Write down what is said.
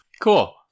Cool